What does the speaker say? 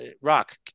rock